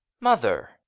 Mother